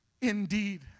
indeed